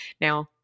Now